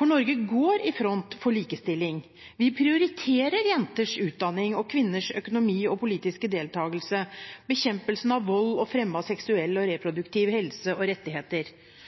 Norge går i front for likestilling. Vi prioriterer jenters utdanning og kvinners økonomi og politiske deltakelse, bekjempelsen av vold og fremme av seksuell og reproduktiv helse og rettigheter.